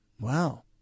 Wow